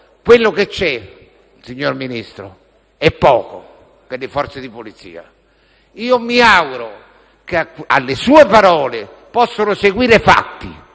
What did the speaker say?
quello che c'è, signor Ministro, è poco per le Forze di polizia. Mi auguro che alle sue parole possano seguire fatti,